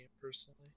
personally